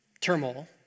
turmoil